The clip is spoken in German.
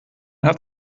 hat